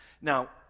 Now